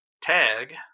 tag